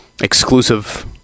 exclusive